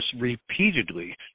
repeatedly